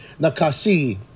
nakasi